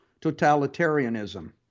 totalitarianism